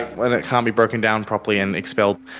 when it can't be broken down properly and expelled,